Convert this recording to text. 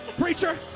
Preacher